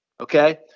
Okay